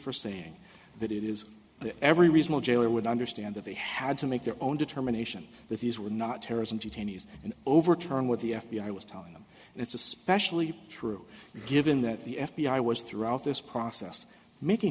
for saying that it is the every reasonable jailer would understand that they had to make their own determination that these were not terrorism detainees and overturn what the f b i was telling them and it's especially true given that the f b i was throughout this process making